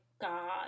god